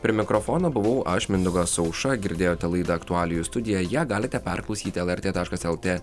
prie mikrofono buvau aš mindaugas aušra girdėjote laidą aktualijų studija ją galite perklausyti lrt taškas lt